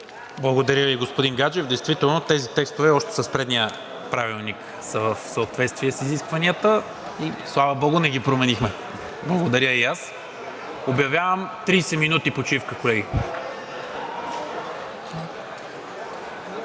Благодаря Ви, господин Гаджев. Действително тези текстове още с предния Правилник са в съответствие с изискванията и, слава богу, не ги променихме. Благодаря и аз. Обявявам 30 минути почивка, колеги.